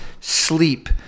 sleep